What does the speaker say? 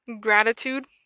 gratitude